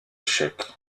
échec